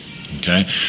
okay